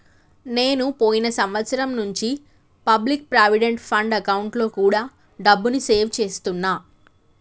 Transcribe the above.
నేను పోయిన సంవత్సరం నుంచి పబ్లిక్ ప్రావిడెంట్ ఫండ్ అకౌంట్లో కూడా డబ్బుని సేవ్ చేస్తున్నా